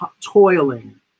toiling